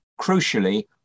crucially